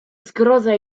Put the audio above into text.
zgroza